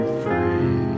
free